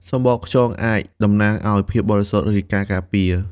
សំបកខ្យងអាចតំណាងឲ្យភាពបរិសុទ្ធ ឬការការពារ។